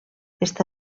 està